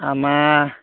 আমাৰ